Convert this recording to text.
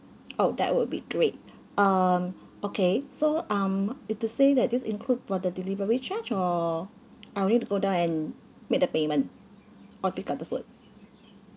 oh that would be great um okay so um it's to say that this include for the delivery charge or I'll need to go down and make the payment or pick up the food